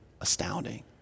astounding